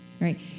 right